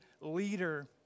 leader